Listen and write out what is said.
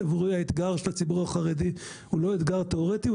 עבורי האתגר של הציבור החרדי הוא לא אתגר תיאורטי,